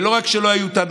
ולא רק שלא היו איתנו,